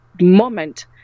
moment